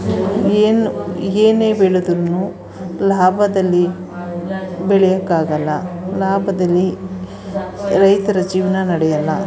ಏನು ಏನೇ ಬೆಳೆದ್ರೂ ಲಾಭದಲ್ಲಿ ಬೆಳೆಯೋಕಾಗೋಲ್ಲ ಲಾಭದಲ್ಲಿ ರೈತರ ಜೀವನ ನಡೆಯೋಲ್ಲ